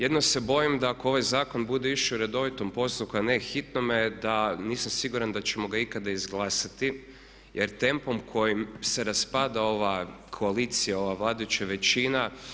Jedino se bojim da ako ovaj zakon bude išao u redovitom postupku a ne hitnome nisam sigurna da ćemo ga ikada izglasati jer tempom kojim se raspada ova koalicija, ova vladajuća većina.